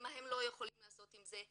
מה הם לא יכולים לעשות עם זה.